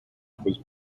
was